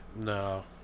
No